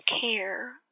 care